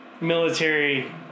military